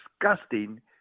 disgusting